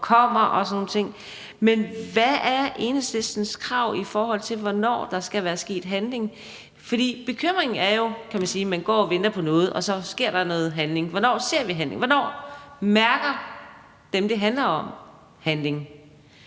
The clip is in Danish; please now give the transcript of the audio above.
på kommer og sådan nogle ting. Men hvad er Enhedslistens krav til, hvornår der skal være sket handling? For man går og venter på noget, og bekymringen er jo: Sker der noget handling? Hvornår ser vi handling? Hvornår mærker dem, det handler om, handling